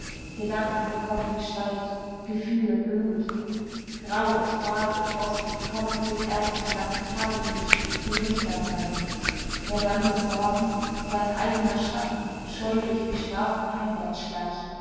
gedanken bekommen gestalt gefühle glut grau und fahl und frostig kommt mit dem ersten blassen tageslicht die nüchternheit wer dann des morgens sein eigener schatten scheu durch die straßen heimwärts schleicht